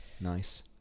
nice